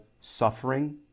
suffering